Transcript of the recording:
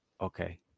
Okay